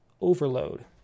Overload